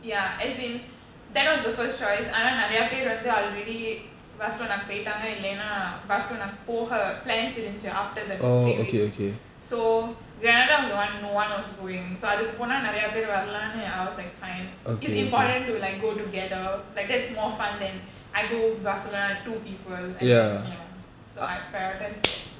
ya as in that was the first choice ஆனாநெறையாபேருவந்து:aana neraya peru vandhu already barcelona க்குபோய்ட்டாங்கஇல்லனா:ku poitaanka illana barcelona க்குபோக:ku poka plans இருந்துச்சு:irundhuchu after the three weeks so granada was the one no one was going so அதுக்குபோனாநெறையாவரலாம்:athukku ponaa neraya varalam I was like fine it's important to like go together like that's more fun then I go barcelona two people and then ya so I prioritise that